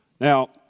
Now